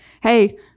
Hey